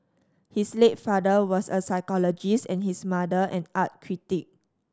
his late father was a psychologist and his mother an art critic